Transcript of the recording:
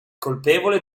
colpevole